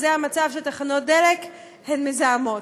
תחנות דלק הן מזהמות,